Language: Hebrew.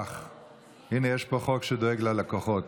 הינה יש פה חוק שדואג ללקוחות,